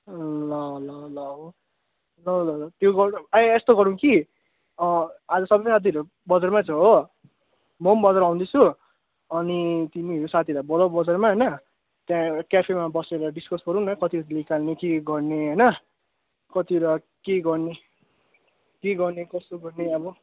ल ल ल ल ल ल त्यो गरौँ आ यस्तो गरौँ कि आज सबै साथीहरू बजारमै छ हो मो पनि बजार आउँदैछु अनि तिमीहरू साथीहरूलाई बोलाउ बजारमा हैन त्यहाँ एउटा केफेमा बसेर डिस्कस गरौँ न कति कति निकाल्ने के के गर्ने होइन कति र के गर्ने के गर्ने कसो गर्ने अब